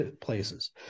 places